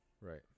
right